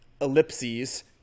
ellipses